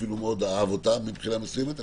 אפילו מאוד אהב אותה מבחינה מסוימת אני